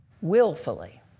willfully